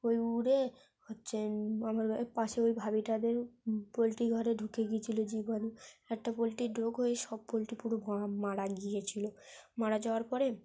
ওই উড়ে হচ্ছে আমার পাশে ওই ভাবীটাদের পোলট্রি ঘরে ঢুকে গিয়েছিল জীবাণু একটা পোলট্রির রোগ হয়ে সব পোলট্রি পুরো মারা গিয়েছিল মারা যাওয়ার পরে